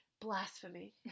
blasphemy